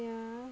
ya